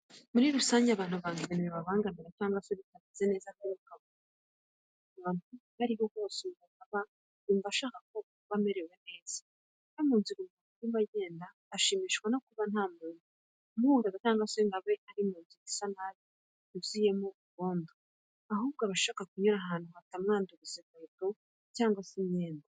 Muri rusange abantu banga ibintu bibabangamira cyangwa se bitameze neza biri mu kavuyo, ahantu aho ari ho hose umuntu aba yumva ashaka kuba amerewe neza. No mu nzira umuntu arimo agenda ashimishwa no kuba nta muntu umuhutaza cyangwa se ngo abe ari mu nzira isa nabi yuzuyemo urwondo, ahubwo aba ashaka kunyura ahantu hatamwanduriza inkweto cyangwa se imyenda.